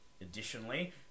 Additionally